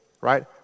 right